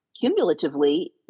cumulatively